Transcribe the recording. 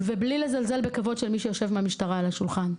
ובלי לזלזל בכבוד של מי שיושב מהמשטרה על השולחן.